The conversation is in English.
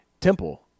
temple